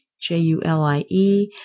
J-U-L-I-E